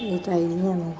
ਇਹ ਚਾਹੀਦੀਆਂ ਨੇ